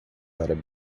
árabe